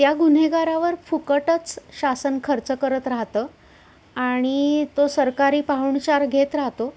त्या गुन्हेगारावर फुकटच शासन खर्च करत राहतं आणि तो सरकारी पाहुणचार घेत राहतो